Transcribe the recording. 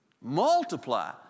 multiply